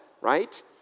right